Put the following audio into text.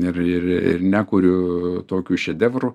ir ir ir nekuriu tokių šedevrų